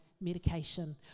medication